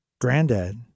Granddad